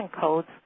codes